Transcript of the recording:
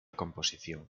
composición